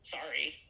Sorry